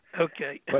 Okay